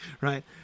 right